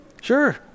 Sure